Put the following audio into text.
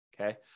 Okay